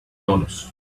dollars